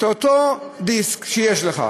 את אותו דיסק שיש לך,